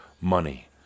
money